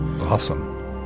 Awesome